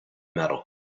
metal